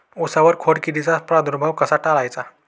उसावर खोडकिडीचा प्रादुर्भाव कसा टाळायचा?